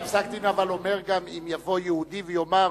פסק-הדין אומר, שגם אם יבוא יהודי ויאמר